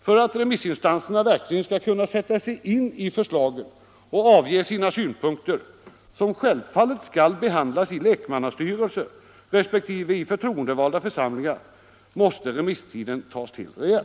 För att remissinstanserna verkligen skall kunna ge Torsdagen den sina synpunkter och sätta sig in i förslagen, som självfallet skall behandlas 3 april 1975 i lekmannastyrelser resp. i förtroendevalda församlingar, måste remiss= I tiden tas till rejält.